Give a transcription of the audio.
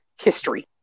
history